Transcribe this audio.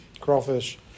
Crawfish